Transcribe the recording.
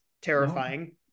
terrifying